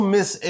Miss